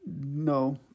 No